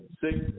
six